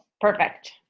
Perfect